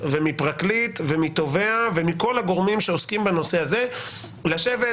מפרקליט ומתובע ומכל הגורמים שעוסקים בנושא הזה לשבת,